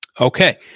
Okay